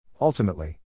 Ultimately